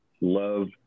love